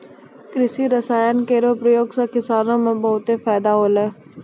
कृषि रसायन केरो प्रयोग सँ किसानो क बहुत फैदा होलै